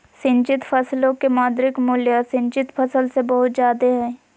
सिंचित फसलो के मौद्रिक मूल्य असिंचित फसल से बहुत जादे हय